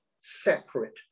separate